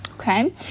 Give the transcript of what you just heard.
okay